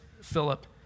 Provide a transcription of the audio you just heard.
Philip